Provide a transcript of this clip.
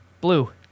Blue